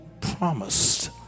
promised